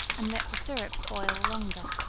and let the syrup boil longer.